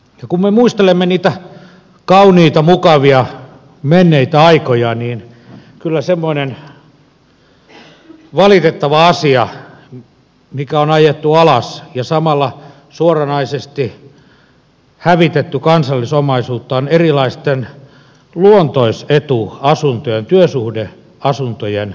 kun me muistelemme niitä kauniita mukavia menneitä aikoja niin kyllä semmoinen valitettava asia mikä on ajettu alas ja samalla suoranaisesti hävitetty kansallisomaisuutta on erilaisten luontoisetuasuntojen työsuhdeasuntojen hävittäminen